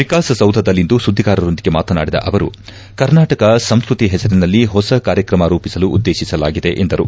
ವಿಕಾಸಸೌಧದಲ್ಲಿಂದು ಸುದ್ದಿಗಾರರೊಂದಿಗೆ ಮಾತನಾಡಿದ ಅವರು ಕರ್ನಾಟಕ ಸಂಸ್ಕೃತಿ ಹೆಸರಿನಲ್ಲಿ ಹೊಸ ಕಾರ್ಯಕ್ರಮ ರೂಪಿಸಲು ಉದ್ದೇಶಿಸಲಾಗಿದೆ ಎಂದರು